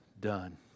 done